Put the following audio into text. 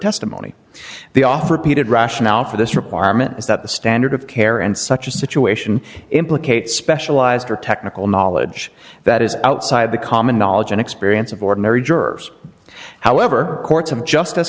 testimony the off repeated rationale for this requirement is that the standard of care and such a situation implicates specialized or technical knowledge that is outside the common knowledge and experience of ordinary jurors however courts of justice